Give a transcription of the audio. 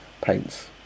paints